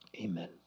Amen